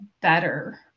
better